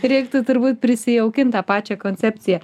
reiktų turbūt prisijaukint tą pačią koncepciją